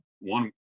one